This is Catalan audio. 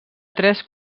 tres